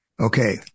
Okay